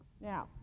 Now